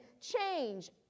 change